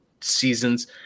seasons